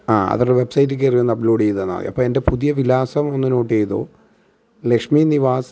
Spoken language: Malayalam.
ആ അതൊരു വെബ് സൈറ്റിൽ കയറി ഒന്ന് അപ്ലോഡ് ചെയ്തു തന്നാൽ മതി അപ്പോൾ എൻ്റെ പുതിയ വിലാസം ഒന്ന് നോട്ട് ചെയ്തോളൂ ലക്ഷ്മി നിവാസ്